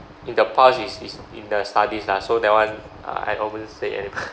in the past is is in the studies lah so that one uh I stayed in